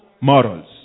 morals